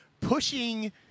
pushing